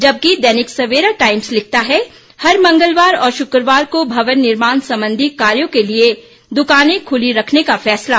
जबकि दैनिक सवेरा टाइम्स लिखता है हर मंगलवार और शुक्रवार को भवन निर्माण संबंधी कार्यों के लिए दुकानें खुली रखने का फैसला